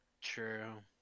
True